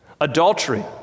Adultery